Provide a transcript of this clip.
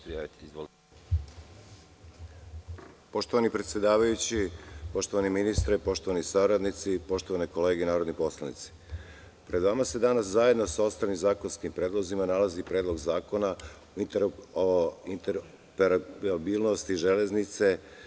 Poštovani predsedavajući, poštovani ministre, poštovani saradnici, poštovane kolege narodni poslanici, pred nama se danas zajedno sa ostalim zakonskim predlozima nalazi Predlog zakona o interoperabilnosti Železnice.